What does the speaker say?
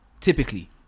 typically